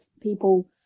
people